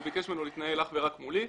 הוא ביקש ממנו להתנהל אך ורק מולי,